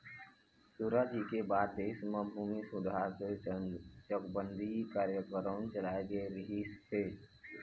सुराजी के बाद देश म भूमि सुधार बर चकबंदी कार्यकरम चलाए गे रहिस हे